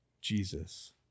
Jesus